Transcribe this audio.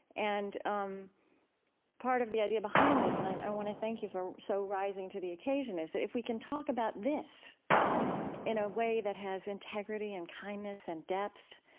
and um part of the idea behind this and i want to thank you for so rising to the occasion is that if we can talk about this in a way that has integrity and kindness and depth,